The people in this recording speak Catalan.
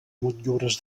motllures